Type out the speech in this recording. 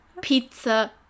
pizza